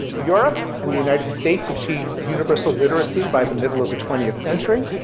europe and the united states achieved universal literacy by the middle of the twentieth century,